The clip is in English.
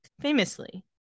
famously